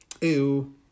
Ew